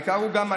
העיקר הוא גם,